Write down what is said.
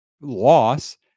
loss